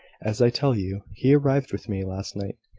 as i tell you, he arrived with me, last night.